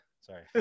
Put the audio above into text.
Sorry